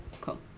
Cool